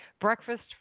breakfast